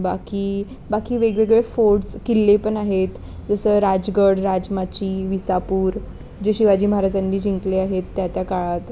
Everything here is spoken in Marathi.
बाकी बाकी वेगवेगळे फोर्ट्स किल्ले पण आहेत जसं राजगड राजमाची विसापूर जे शिवाजी महाराजांनी जिंकले आहेत त्या त्या काळात